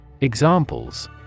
Examples